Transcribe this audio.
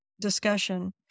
discussion